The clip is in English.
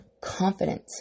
confident